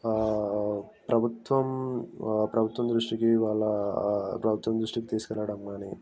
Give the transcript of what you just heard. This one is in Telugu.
ప్రభుత్వం వా ప్రభుత్వం దృష్టికి వాళ్ళ ప్రభుత్వం దృష్టికి తీసుకెళ్ళడం కానీ